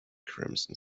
crimson